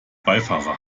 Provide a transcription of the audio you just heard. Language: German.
beifahrer